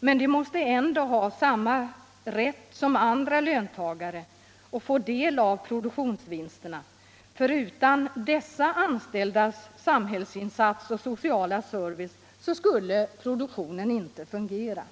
Men de måste ändå ha samma rätt som andra löntagare till del av produktionsvinsterna, för utan dessa anställdas samhällsinsats och sociala service skulle produktionen inte fungera.